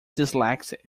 dyslexic